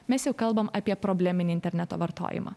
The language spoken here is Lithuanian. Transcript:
mes jau kalbam apie probleminį interneto vartojimą